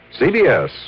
CBS